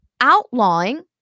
outlawing